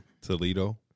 Toledo